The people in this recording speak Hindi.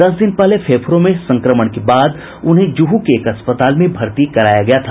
दस दिन पहले फेंफड़ों में संक्रमण के बाद उन्हें जूह के एक अस्पताल में भर्ती कराया गया था